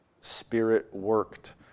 spirit-worked